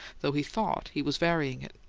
though he thought he was varying it.